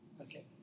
Okay